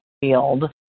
field